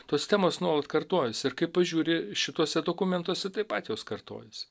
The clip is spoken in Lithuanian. tos temos nuolat kartojasi ir kai pažiūri šituose dokumentuose taip pat jos kartojasi